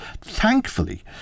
thankfully